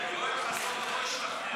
יואל חסון לא